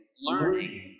learning